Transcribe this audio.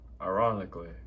ironically